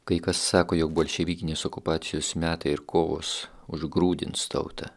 kai kas sako jog bolševikinės okupacijos metai ir kovos užgrūdins tautą